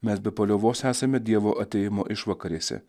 mes be paliovos esame dievo atėjimo išvakarėse